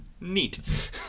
Neat